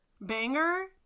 Banger